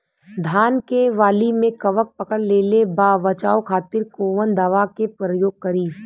धान के वाली में कवक पकड़ लेले बा बचाव खातिर कोवन दावा के प्रयोग करी?